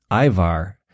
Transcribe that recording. ivar